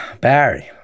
Barry